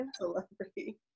celebrity